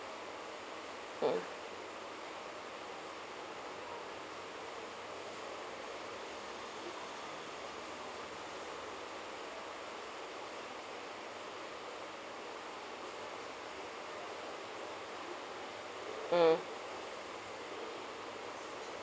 mm mm